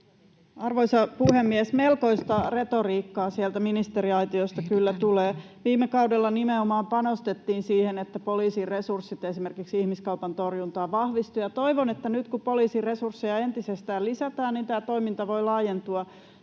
Arvoisa puhemies! Melkoista retoriikkaa sieltä ministeriaitiosta kyllä tulee. Viime kaudella nimenomaan panostettiin siihen, että poliisin resurssit esimerkiksi ihmiskaupan torjuntaan vahvistuivat. Ja toivon, että nyt kun poliisin resursseja entisestään lisätään, niin tämä toiminta voi laajentua